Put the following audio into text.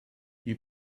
you